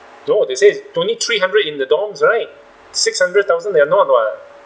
no they says it's only three hundred in the dorms right six hundred thousand they are not [what]